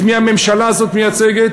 את מי הממשלה הזאת מייצגת,